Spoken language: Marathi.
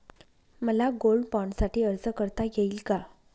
मला गोल्ड बाँडसाठी अर्ज करता येईल का?